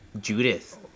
Judith